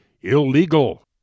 Illegal